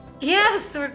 Yes